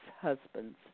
husband's